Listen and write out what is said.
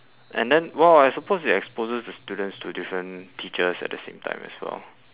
and then well I suppose it exposes the students to different teachers at the same time as well